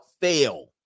fail